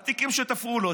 על תיקים שתפרו לו.